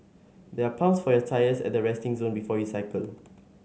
there are pumps for your tyres at the resting zone before you cycle